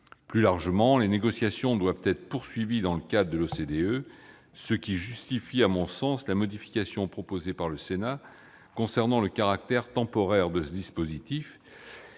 Plus globalement, les négociations doivent être poursuivies dans le cadre de l'OCDE, ce qui justifie, à mon sens, la modification proposée par le Sénat en ce qui concerne le caractère temporaire de ce dispositif.